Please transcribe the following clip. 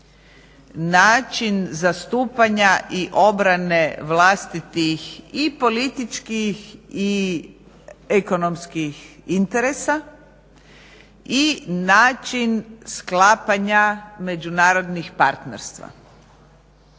način zastupanja i obrane vlastitih i političkih i ekonomskih interesa i način sklapanja međunarodnih partnerstva